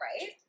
right